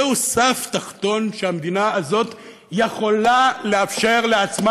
זהו סף תחתון שהמדינה הזאת יכולה לאפשר לעצמה,